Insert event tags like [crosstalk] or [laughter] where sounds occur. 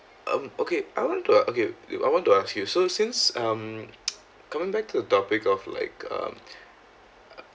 um okay I want to uh okay I want to ask you so since um [noise] coming back to the topic of like um